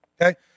Okay